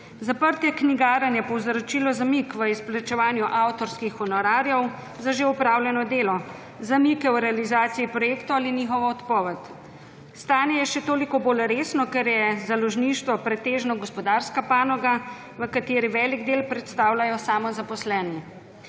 Zaprtje knjigarn je povzročilo zamik v izplačevanju avtorskih honorarjev za že opravljeno delo, zamike v realizaciji projektov ali njihovo odpoved. Stanje je še toliko bolj resno, ker je založništvo pretežno gospodarska panoga, v kateri velik del predstavljajo samozaposleni.